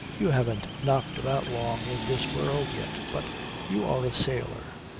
you haven't knocked about long in this world yet, but you are a sailor,